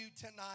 tonight